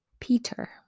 Peter